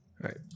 right